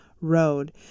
road